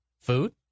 food